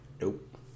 Nope